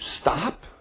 stop